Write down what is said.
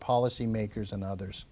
policymakers and others